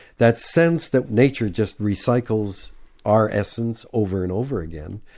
that sense that nature just recycles our essence over and over again.